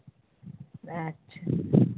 ᱟᱪᱪᱷᱟ